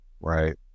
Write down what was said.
right